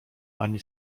ani